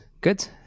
good